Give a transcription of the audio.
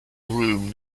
room